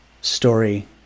story